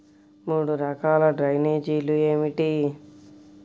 మూడు రకాల డ్రైనేజీలు ఏమిటి?